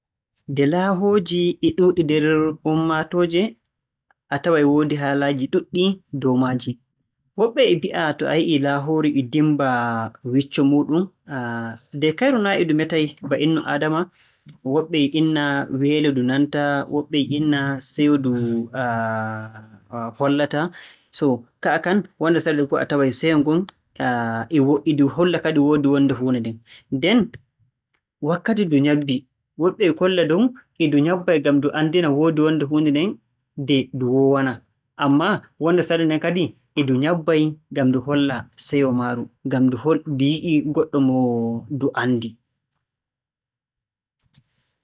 Nde laahooji e ɗuuɗi nder ummaatooje, a taway woodi haalaaji ɗuuɗɗi dow maaji. Woɓɓe e mbi'a to a yi'ii laahooru e ndimmba wicco muuɗum, nde kayru naa e ndu metay ba innu aadama. Woɓɓe e inna weelo ndu nanta, woɓɓe e inna seyo ndu hollata. So ka'a kan, wonndu nden a taway seyo ngon e wo- e ndu holla kadi e woodi wonnde huunde nden. Nden wakkati ndu ƴabbi, woɓɓe e kolla dow, e ndu ƴabbay ngam ndu anndina woodi wonnde huunde nden nde ndu woowanaa. Ammaa wonnde sarde nden kadi, e ndu ƴabbay ngam ndu holla seyo maaru, ngam ndu holl- ngam ndu yi'ii goɗɗo mo ndu anndi.